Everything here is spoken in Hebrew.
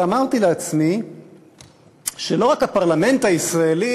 ואמרתי לעצמי שלא רק הפרלמנט הישראלי